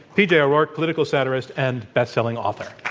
pj o'rourke, political satirist and best-selling author.